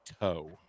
toe